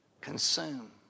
Consume